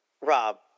Rob